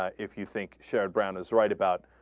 ah if you think ship brown is right about